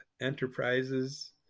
Enterprises